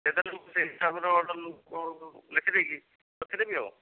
ସେଇ ହିସାବରେ ଅର୍ଡ଼ର୍ ଲେଖି ଦେଇକି ରଖିଦେବି ଆଉ